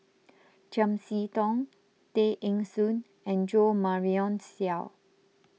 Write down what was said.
Chiam See Tong Tay Eng Soon and Jo Marion Seow